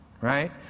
right